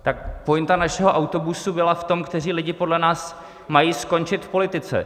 Tak pointa našeho autobusu byla v tom, kteří lidé podle nás mají skončit v politice.